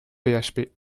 php